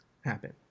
happen